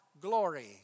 glory